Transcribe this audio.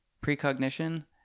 precognition